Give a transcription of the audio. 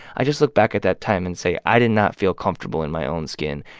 i just look back at that time and say, i did not feel comfortable in my own skin.